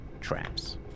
traps